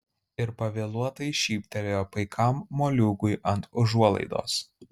ir pavėluotai šyptelėjo paikam moliūgui ant užuolaidos